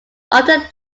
often